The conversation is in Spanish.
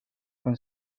con